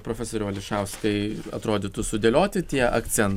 profesoriau ališauskai atrodytų sudėlioti tie akcen